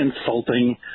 insulting